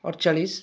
ଅଡ଼ଚାଳିଶି